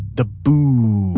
the booj